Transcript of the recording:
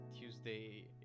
Tuesday